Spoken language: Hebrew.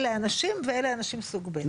אלה אנשים ואלה אנשים סוג ב',